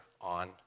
on